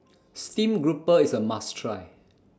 Steamed Grouper IS A must Try